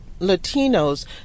Latinos